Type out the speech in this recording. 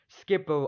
skip